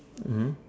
mm